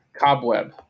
Cobweb